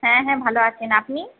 হ্যাঁ হ্যাঁ ভালো আছেন আপনি